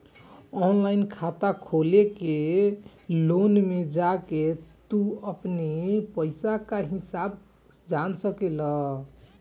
online खाता खोल के लोन में जाके तू अपनी पईसा कअ हिसाब जान सकेला